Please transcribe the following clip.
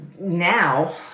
now